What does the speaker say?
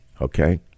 Okay